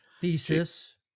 Thesis